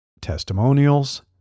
testimonials